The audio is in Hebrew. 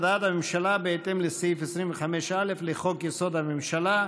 הודעת הממשלה בהתאם לסעיף 25(א) לחוק-יסוד: הממשלה.